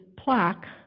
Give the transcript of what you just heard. plaque